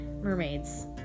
mermaids